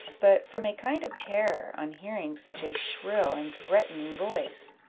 but from a kind of terror, on hearing such a shrill and threatening voice.